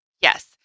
Yes